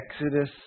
Exodus